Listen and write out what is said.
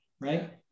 right